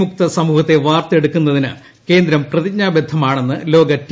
മുക്ത സമൂഹത്തെ വാർത്തെടുക്കുന്നതിന് കേന്ദ്രം പ്രതിജ്ഞാബദ്ധമാണെന്ന് ലോക ടി